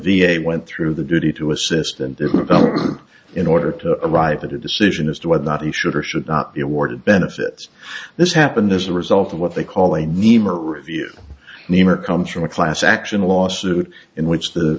a went through the duty to assess them in order to arrive at a decision as to whether or not he should or should not be awarded benefits this happened as a result of what they call a nemer review name or comes from a class action lawsuit in which the